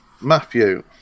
Matthew